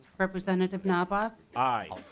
representative knoblach aye.